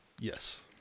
Yes